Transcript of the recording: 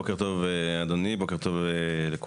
בוקר טוב, אדוני, בוקר טוב לכולם.